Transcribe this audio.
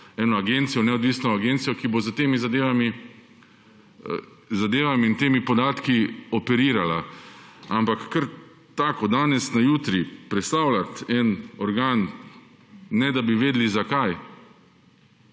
neko agencijo, neodvisno agencijo, ki bo s temi zadevami in temi podatki operirala. Ampak kar tako, od danes na jutri prestavljati nek organ, ne da bi vedeli, zakaj,